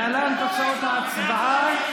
להלן תוצאות ההצבעה.